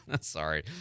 sorry